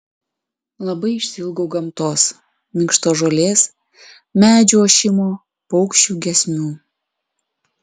labai išsiilgau gamtos minkštos žolės medžių ošimo paukščių giesmių